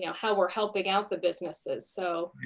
you know how we're helping out the businesses. so